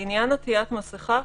לעניין עטית מסיכה,